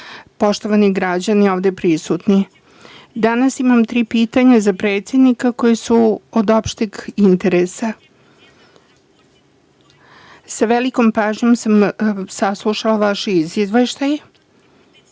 poštovani građani ovde prisutni, danas imam tri pitanja za predsednika koja su od opšteg interesa. Sa velikom pažnjom sam saslušala vaš izveštaj,